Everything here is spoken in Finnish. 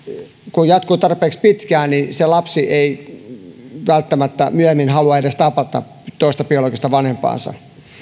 kun jatkuu tarpeeksi pitkään se lapsi ei välttämättä myöhemmin halua edes tavata toista biologista vanhempaansa